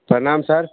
प्रणाम सर